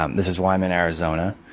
um this is why i'm in arizona.